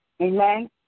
amen